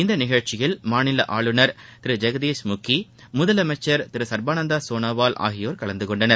இந்த நிகழ்ச்சியில் மாநில ஆளுநர் திரு ஜெகதீஷ் முகி முதலமைச்சர் திரு சர்பானந்த சோனாவால் ஆகியோர் கலந்த கொண்டனர்